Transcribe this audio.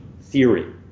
theory